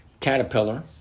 Caterpillar